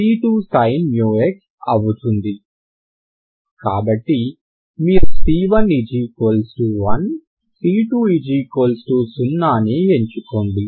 కాబట్టి మీరు c11c20 ని ఎంచుకోండి